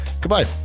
Goodbye